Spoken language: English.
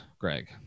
Greg